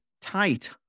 tight